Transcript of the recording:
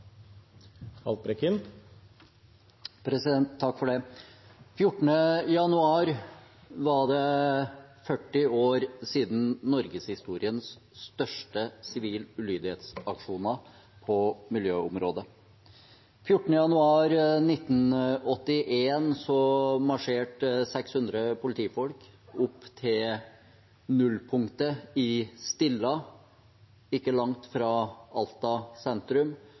januar var det 40 år siden norgeshistoriens største sivil ulydighetsaksjon på miljøområdet. Den 14. januar 1981 marsjerte 600 politifolk opp til nullpunktet i Stilla, ikke langt fra